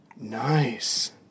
Nice